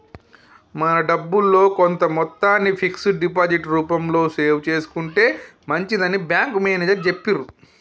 మన డబ్బుల్లో కొంత మొత్తాన్ని ఫిక్స్డ్ డిపాజిట్ రూపంలో సేవ్ చేసుకుంటే మంచిదని బ్యాంకు మేనేజరు చెప్పిర్రు